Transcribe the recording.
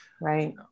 Right